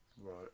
Right